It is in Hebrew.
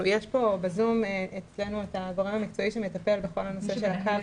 ב-זום יש את הגורם המקצועי שמטפל בכל הנושא.